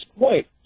point